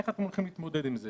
איך אתם הולכים להתמודד עם זה?